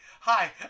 hi